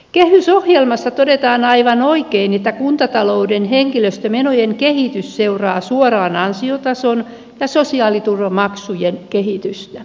kehysohjelmassa todetaan aivan oikein että kuntatalouden henkilöstömenojen kehitys seuraa suoraan ansiotason ja sosiaaliturvamaksujen kehitystä